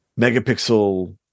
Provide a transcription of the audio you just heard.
megapixel